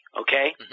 okay